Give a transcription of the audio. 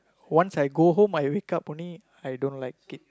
once I go home I wake up only I don't like it